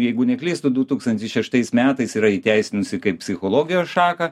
jeigu neklystu du tūkstantis šeštais metais yra įteisinusi kaip psichologijos šaką